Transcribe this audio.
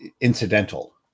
incidental